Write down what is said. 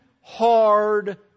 hard